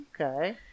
Okay